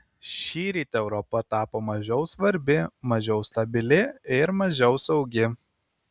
šįryt europa tapo mažiau svarbi mažiau stabili ir mažiau saugi